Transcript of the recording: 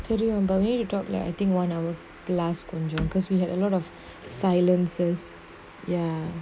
தெரியு அப:theriyu apa maybe talk lah I think one hour plus கொஞ்சோ:konjo because we had a lot of silences ya